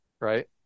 right